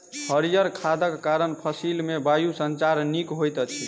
हरीयर खादक कारण फसिल मे वायु संचार नीक होइत अछि